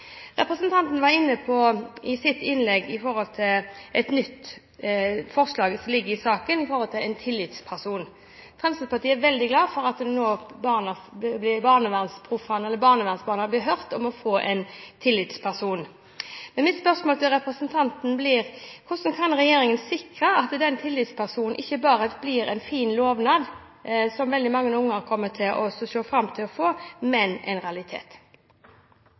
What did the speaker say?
Representanten var i sitt innlegg inne på et forslag som ligger i saken – dette med en tillitsperson. Fremskrittspartiet er veldig glad for at barnevernsbarna nå blir hørt når det gjelder å få en tillitsperson. Mitt spørsmål til representanten blir: Hvordan kan regjeringen sikre at dette med en tillitsperson ikke bare blir en fin lovnad, som veldig mange barn kommer til å se fram til å få, men en realitet?